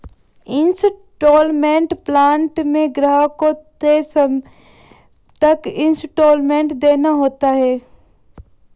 instalment plan में ग्राहक को तय समय तक इन्सटॉलमेंट देना होता है